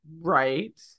Right